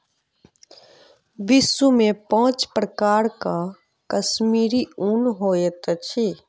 विश्व में पांच प्रकारक कश्मीरी ऊन होइत अछि